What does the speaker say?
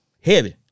Heavy